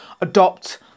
adopt